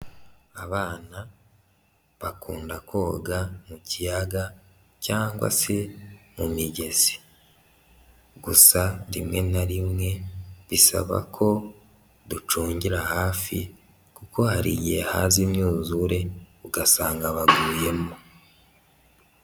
Abana bakunda koga mu kiyaga cyangwa se mu migezi, gusa rimwe na rimwe bisaba ko ducungira hafi kuko hari igihe haza imyuzure ugasanga baguyemo.